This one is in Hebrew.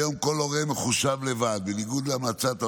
היום כל הורה מחושב לבד, בניגוד להמלצת ה-OECD,